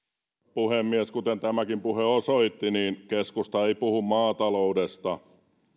puhemies kuten tämäkin puhe osoitti keskusta ei puhu maataloudesta